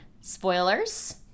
spoilers